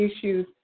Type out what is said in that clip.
issues